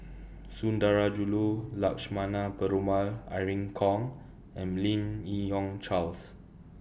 Sundarajulu Lakshmana Perumal Irene Khong and Lim Yi Yong Charles